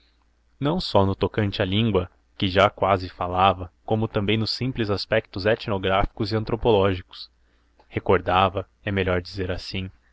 não só no tocante à língua que já quase falava como também nos simples aspectos etnográficos e antropológicos recordava é melhor dizer assim